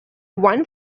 one